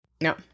No